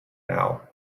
now